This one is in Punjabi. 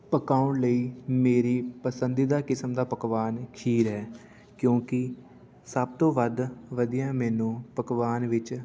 ਪਕਾਉਣ ਲਈ ਮੇਰੀ ਪਸੰਦੀਦਾ ਕਿਸਮ ਦਾ ਪਕਵਾਨ ਖੀਰ ਹੈ ਕਿਉਂਕਿ ਸਭ ਤੋਂ ਵੱਧ ਵਧੀਆ ਮੈਨੂੰ ਪਕਵਾਨ ਵਿੱਚ